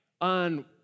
on